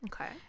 Okay